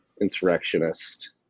insurrectionist